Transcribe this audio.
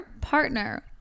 partner